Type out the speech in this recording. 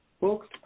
folks